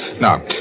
Now